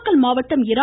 நாமக்கல் மாவட்டம் இரா